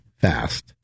Fast